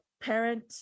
parent